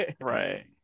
right